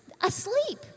asleep